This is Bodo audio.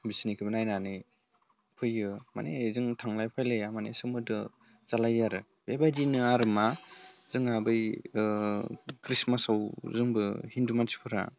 बिसोरनिखौ नायनानै फैयो माने जोंबो थांलाय फैलाया माने सोमोन्दो जालायो आरो बेबायदिनो आरो मा जोंहा बै ख्रिस्टमासाव जोंबो हिन्दु मानसिफोरा